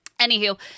Anywho